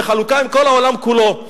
בחלוקה עם כל העולם כולו.